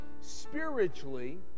spiritually